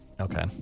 Okay